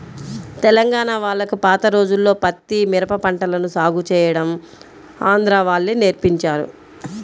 తెలంగాణా వాళ్లకి పాత రోజుల్లో పత్తి, మిరప పంటలను సాగు చేయడం ఆంధ్రా వాళ్ళే నేర్పించారు